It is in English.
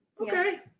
Okay